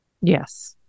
Yes